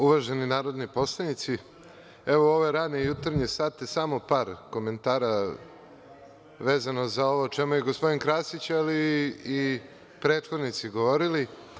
Uvaženi narodni poslanici, evo u ove rane jutarnje sate, samo par komentara vezano za ovo o čemu je gospodin Krasić ali i prethodnici govorili.